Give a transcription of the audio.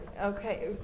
Okay